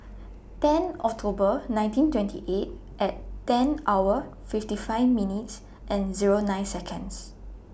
ten October nineteen twenty eight ten hours fifty five minutes and Zero nine